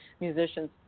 musicians